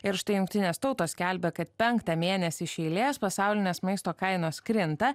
ir štai jungtinės tautos skelbia kad penktą mėnesį iš eilės pasaulinės maisto kainos krinta